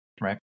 right